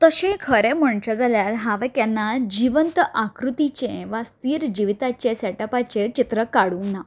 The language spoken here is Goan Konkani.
तशें खरें म्हणचे जाल्यार हांवें केन्नाय जिवंत आकृतीचें वास्तवीक जिविताचें सेटपाचें चित्र काडूंक ना